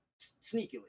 sneakily